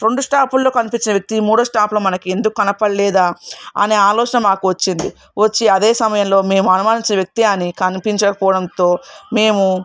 రెండు స్టాపుల్లో కనిపించిన వ్యక్తి మూడో స్టాప్లో మనకు ఎందుకు కనపడలేదా అనే ఆలోచన మాకు వచ్చింది వచ్చి అదే సమయంలో మేము అనుమానించిన వ్యక్తి అని కనిపించకపోవడంతో మేము